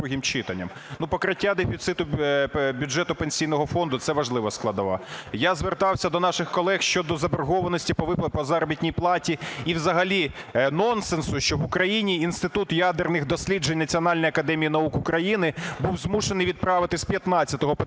Ну, покриття дефіциту бюджету Пенсійного фонду – це важлива складова. Я звертався до наших колег щодо заборгованості по виплатах по заробітній платі, і взагалі нонсенс, що в Україні Інститут ядерних досліджень Національної академії наук України був змушений відправити з 15 по